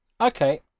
Okay